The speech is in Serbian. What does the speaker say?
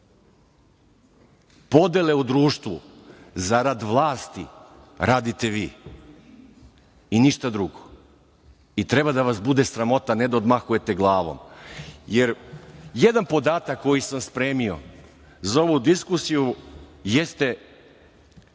S.Podele u društvu zarad vlasti radite vi i ništa drugo. Treba da vas bude sramota, ne da odmahujete glavom. Jedan podatak koji sam spremio za ovu diskusiju jeste